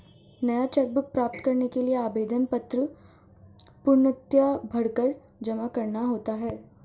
नया cheque book प्राप्त करने के लिए आवेदन पत्र पूर्णतया भरकर जमा करना होता है